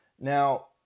Now